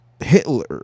Hitler